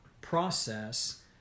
process